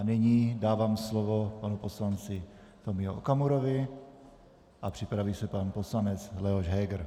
Nyní dávám slovo panu poslanci Tomio Okamurovi a připraví se pan poslanec Leoš Heger.